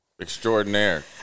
Extraordinaire